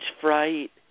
fright